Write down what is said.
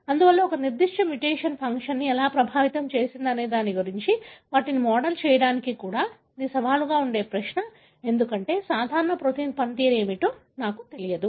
అందువల్ల ఒక నిర్దిష్ట మ్యుటేషన్ ఫంక్షన్ని ఎలా ప్రభావితం చేసిందనే దాని గురించి వాటిని మోడల్ చేయడానికి కూడా ఇది సవాలుగా ఉండే ప్రశ్న ఎందుకంటే సాధారణ ప్రోటీన్ పనితీరు ఏమిటో నాకు తెలియదు